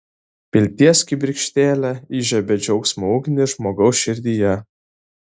vilties kibirkštėlė įžiebia džiaugsmo ugnį žmogaus širdyje